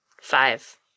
five